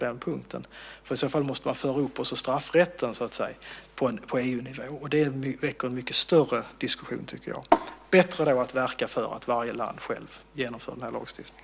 I så fall måste man föra upp också straffrätten på EU-nivå, och det väcker en mycket större diskussion. Då är det bättre att verka för att varje land självt genomför den här lagstiftningen.